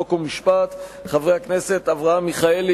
חוק ומשפט: חברי הכנסת אברהם מיכאלי,